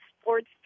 sports